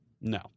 No